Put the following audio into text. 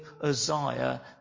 Uzziah